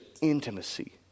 intimacy